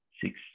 six